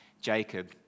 Jacob